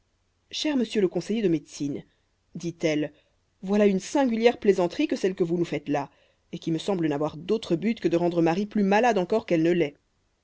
cher monsieur le conseiller de médecine dit-elle voilà une singulière plaisanterie que celle que vous nous faites là et qui me semble n'avoir d'autre but que de rendre marie plus malade encore qu'elle ne l'est